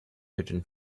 hidden